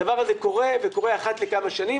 הדבר הזה קורה, וקורה אחת לכמה שנים.